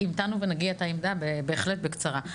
נגיד את העמדה בהחלט בקצרה,